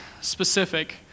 specific